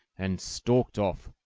and stalked off.